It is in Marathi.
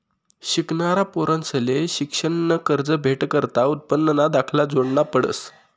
शिकनारा पोरंसले शिक्शननं कर्ज भेटाकरता उत्पन्नना दाखला जोडना पडस